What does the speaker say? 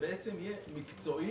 שבעצם יהיה מקצועי.